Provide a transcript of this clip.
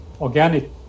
organic